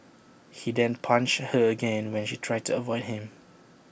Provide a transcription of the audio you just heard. he then punched her again when she tried to avoid him